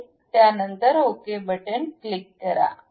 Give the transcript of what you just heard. आणि ओके वर क्लिक करा